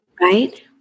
right